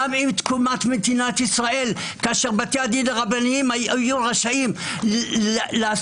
גם עם תקומת מדינת ישראל כאשר בתי הדין הרבניים היו רשאים לעסוק